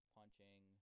Punching